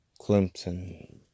Clemson